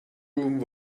room